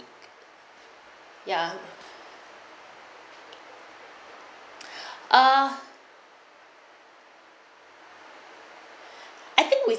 ya ah I think we